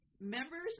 Members